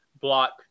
block